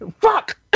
fuck